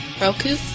roku